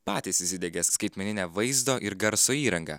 patys įsidiegė skaitmeninę vaizdo ir garso įrangą